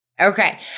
Okay